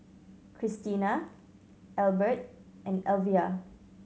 Kristina Elbert and Elvia